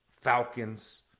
falcons